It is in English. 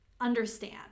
understand